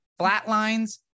flatlines